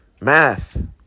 Math